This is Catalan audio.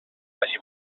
vagi